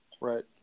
Right